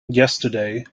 yesterday